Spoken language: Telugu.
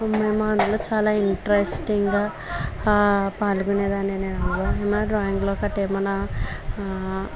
మేము అందులో చాలా ఇంట్రెస్టింగ్గా పాల్గొనేదాన్ని నేను ఏమన్న డ్రాయింగ్లో కట్ట ఏమన్న